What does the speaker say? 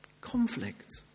Conflict